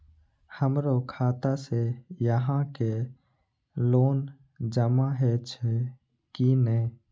हमरो खाता से यहां के लोन जमा हे छे की ने?